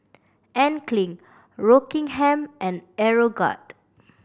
Anne Klein Rockingham and Aeroguard